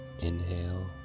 inhale